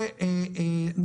אומרת,